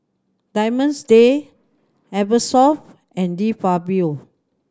Diamond's Day Eversoft and De Fabio